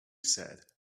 said